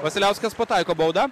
vasiliauskas pataiko baudą